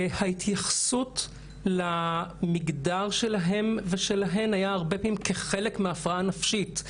שההתייחסות למגדר שלהם ושלהן הייתה הרבה פעמים כחלק מההפרעה הנפשית,